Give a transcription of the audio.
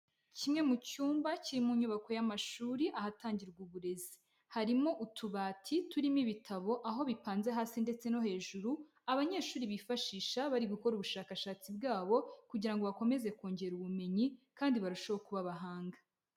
Kimwe mu cyumba kiri mu nyubako y'amashuri ahatangirwa uburezi. Harimo utubati turimo ibitabo, aho bipanze hasi ndetse no hejuru, abanyeshuri bifashisha bari gukora ubushakashatsi bwabo kugira ngo bakomeze kongera ubumenyi kandi barusheho kuba abahanga.